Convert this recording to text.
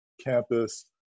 campus